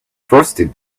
frosted